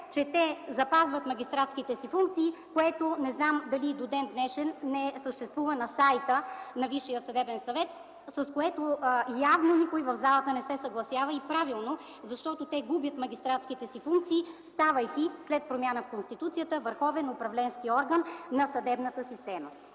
че те запазват магистратските си функции, което не знам дали и до ден-днешен не съществува на сайта на Висшия съдебен съвет, с което явно никой в залата не се съгласява. И правилно, защото те губят магистратските си функции ставайки, след промяна в Конституцията, върховен управленски орган на съдебната система.